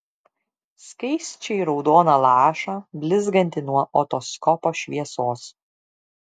skaisčiai raudoną lašą blizgantį nuo otoskopo šviesos